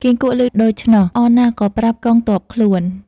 គង្គក់ឮដូច្នោះអរណាស់ក៏ប្រាប់កងទ័ពខ្លួន ។